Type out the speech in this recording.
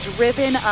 Driven